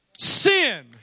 Sin